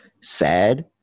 sad